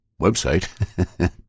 website